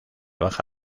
baja